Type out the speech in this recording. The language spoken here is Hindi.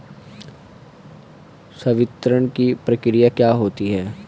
संवितरण की प्रक्रिया क्या होती है?